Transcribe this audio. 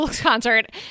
Concert